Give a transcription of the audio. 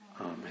Amen